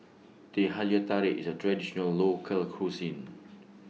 Teh Halia Tarik IS A Traditional Local Cuisine